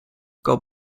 god